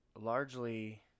largely